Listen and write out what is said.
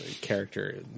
character